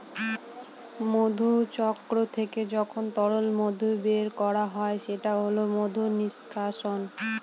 মধুচক্র থেকে যখন তরল মধু বের করা হয় সেটা হল মধু নিষ্কাশন